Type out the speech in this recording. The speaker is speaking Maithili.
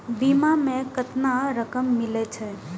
बीमा में केतना रकम मिले छै?